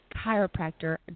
chiropractor